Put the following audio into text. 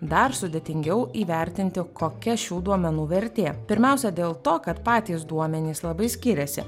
dar sudėtingiau įvertinti kokia šių duomenų vertė pirmiausia dėl to kad patys duomenys labai skiriasi